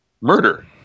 murder